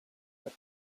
that